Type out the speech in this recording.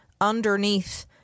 underneath